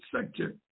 sector